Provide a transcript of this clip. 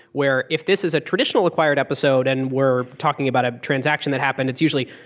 where, if this is a traditional acquired episode and we're talking about a transaction that happened, it's usually,